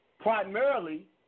primarily